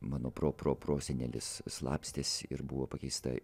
mano pro pro prosenelis slapstėsi ir buvo pakeista